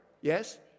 yes